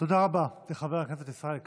תודה רבה לחבר הכנסת ישראל כץ.